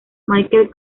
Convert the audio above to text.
michael